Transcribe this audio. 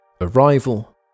Arrival